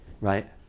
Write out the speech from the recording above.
Right